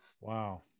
Wow